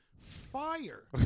fire